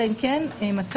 אלא אם כן מצא.